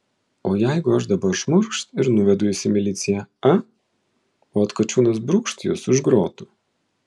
o jeigu aš dabar šmurkšt ir nuvedu jus į miliciją a o atkočiūnas brūkšt jus už grotų